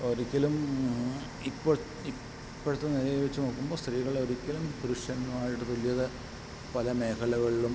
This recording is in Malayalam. ഒരിക്കലും ഇപ്പോൾ ഇപ്പൊഴത്തെ നിലയിൽ വച്ചു നോക്കുമ്പോൾ സ്ത്രീകൾ ഒരിക്കലും പുരുഷന്മാരായിട്ട് തുല്യത പല മേഖലകളിലും